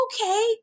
okay